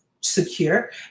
secure